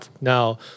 now